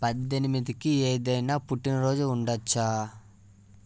పద్దెనిమిదికి ఏదైనా పుట్టినరోజు ఉండొచ్చా